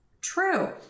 True